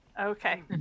Okay